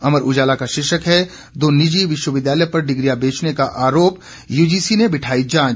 अमर उजाला का शीर्षक है दो निजी विश्वविद्यालय पर डिग्रियां बेचने का आरोप यूजीसी ने बिठाई जांच